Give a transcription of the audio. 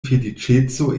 feliĉeco